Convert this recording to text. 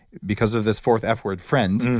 because of this fourth f-word friend,